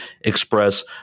express